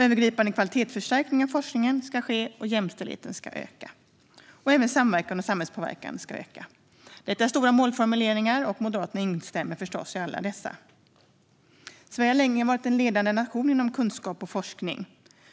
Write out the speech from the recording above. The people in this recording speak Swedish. Övergripande kvalitetsförstärkning av forskningen ska ske, och jämställdheten ska öka, liksom samverkan och samhällspåverkan. Detta är stora målformuleringar, och Moderaterna instämmer förstås i dem alla. Sverige har länge varit en ledande nation inom kunskap och forskning.